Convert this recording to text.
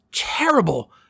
terrible